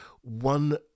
one